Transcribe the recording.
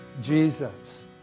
Jesus